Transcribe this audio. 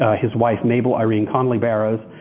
ah his wife, mabel irene conley barrows,